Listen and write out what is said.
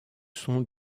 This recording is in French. sont